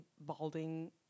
balding